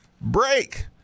break